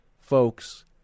folks